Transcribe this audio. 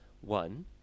One